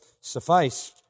suffice